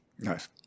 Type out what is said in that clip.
Nice